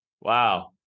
Wow